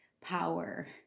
power